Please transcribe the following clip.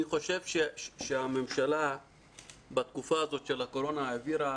אני חושב שהממשלה בתקופה הזאת של הקורונה העבירה